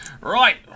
right